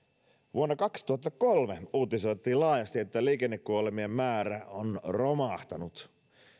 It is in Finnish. vuonna kaksituhattakolme uutisoitiin laajasti että liikennekuolemien määrä on romahtanut